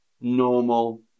Normal